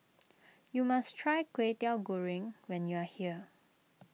you must try Kway Teow Goreng when you are here